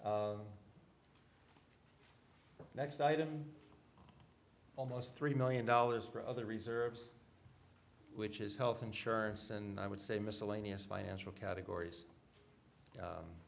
town next item almost three million dollars for other reserves which is health insurance and i would say miscellaneous financial categories